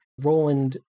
Roland